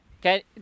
Okay